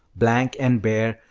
blank and bare,